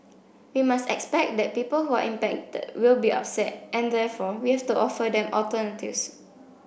we must expect that people who are impacted will be upset and therefore we have to offer them alternatives